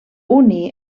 unir